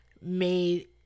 made